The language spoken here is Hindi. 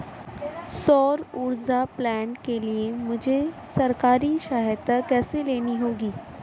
सौर ऊर्जा प्लांट के लिए मुझे सरकारी सहायता कैसे लेनी होगी?